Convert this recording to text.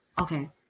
okay